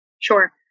Sure